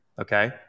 okay